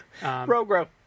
Rogro